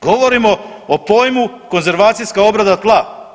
Govorimo o pojmu konzervacijska obrada tla.